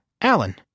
Alan